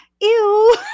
ew